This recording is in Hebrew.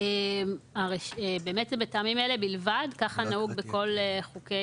זה באמת מטעמים אלה בלבד; כך נהוג בכל חוקי